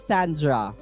Sandra